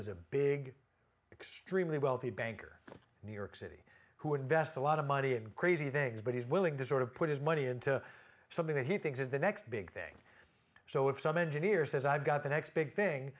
is a big extremely wealthy banker new york city who invests a lot of money in crazy things but he's willing to sort of put his money into something that he thinks is the next big thing so if some engineer says i've got the next big thing